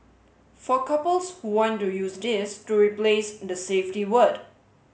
for couples who want to use this to replace the safety word